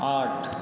आठ